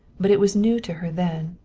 but it was new to her then,